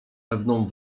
pewną